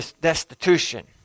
destitution